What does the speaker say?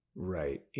Right